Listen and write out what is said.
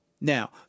Now